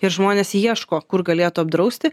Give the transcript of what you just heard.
ir žmonės ieško kur galėtų apdrausti